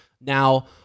now